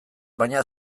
baina